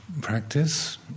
practice